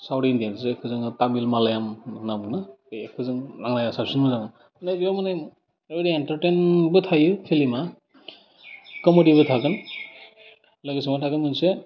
south Indian जायखौ जोङो तामिल मालायाम होनना बुङो बेखौ जों मालाया साबसिन मोजां नै बेयावबो जों ओरै एन्टारटेन्टबो थायो फिलिमा कमिडिबो थागोन लोगोसे मा थागोन मोनसे